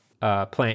Plant